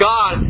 God